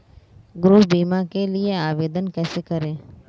गृह बीमा के लिए आवेदन कैसे करें?